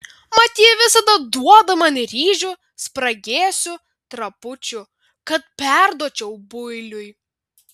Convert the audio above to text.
mat ji visada duoda man ryžių spragėsių trapučių kad perduočiau builiui